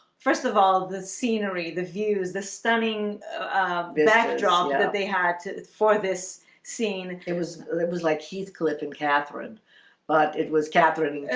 first of all the scenery the views the stunning backdrop that they had to for this scene. it was it was like heathcliff and catherine but it was catherine